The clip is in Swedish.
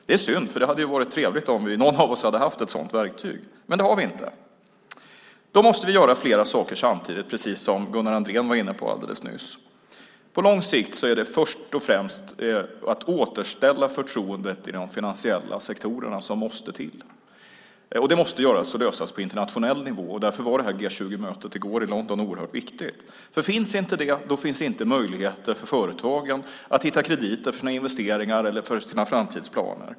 Det är synd, för det hade varit trevligt om någon av oss hade haft ett sådant verktyg. Men det har vi inte. Då måste vi göra flera saker samtidigt, precis som Gunnar Andrén var inne på alldeles nyss. På lång sikt är det först och främst att återställa förtroendet i de finansiella sektorerna. Det måste göras och lösas på internationell nivå. Därför var G 20-mötet i går i London oerhört viktigt. Finns inte förtroendet finns inte möjligheter för företagen att hitta krediter för investeringar eller sina framtidsplaner.